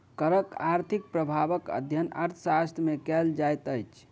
करक आर्थिक प्रभावक अध्ययन अर्थशास्त्र मे कयल जाइत अछि